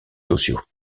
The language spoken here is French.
sociaux